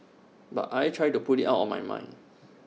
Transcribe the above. but I try to put IT out of my mind